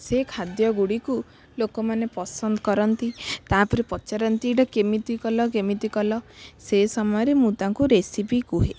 ସେଇ ଖାଦ୍ୟ ଗୁଡ଼ିକୁ ଲୋକମାନେ ପସନ୍ଦ କରନ୍ତି ତା'ପରେ ପଚାରନ୍ତି ଏଇଟା କେମିତି କଲ କେମିତି କଲ ସେ ସମୟରେ ମୁଁ ତାଙ୍କୁ ରେସିପି କୁହେ